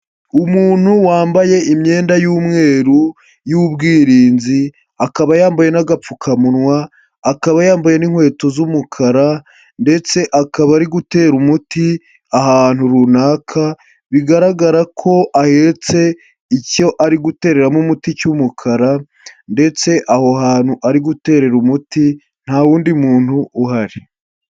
Umuntu wambaye imyenda y'umweru y'ubwirinzi, akaba yambaye n'agapfukamunwa, akaba yambaye n'inkweto z'umukara, ndetse akaba ari gutera umuti ahantu runaka, bigaragara ko ahetse icyo ari gutereramo umuti cy'umukara ndetse aho hantu ari guterera umuti nta wundi muntu uhari.